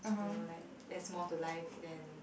you know like there's more to life than